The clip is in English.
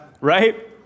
Right